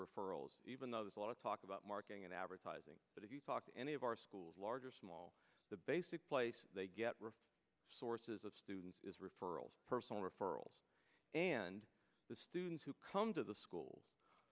referrals even though there's a lot of talk about marketing and advertising but if you talk to any of our schools large or small the basic place they get rich or says of students is referrals personal referrals and the students who come to the school